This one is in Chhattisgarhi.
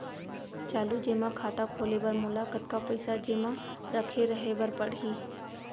चालू जेमा खाता खोले बर मोला कतना पइसा जेमा रखे रहे बर पड़ही?